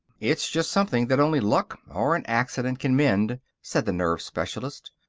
it's just something that only luck or an accident can mend, said the nerve specialist.